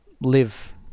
live